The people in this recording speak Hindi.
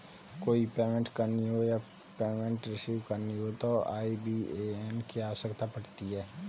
कोई पेमेंट करनी हो या पेमेंट रिसीव करनी हो तो आई.बी.ए.एन की आवश्यकता पड़ती है